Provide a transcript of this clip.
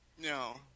No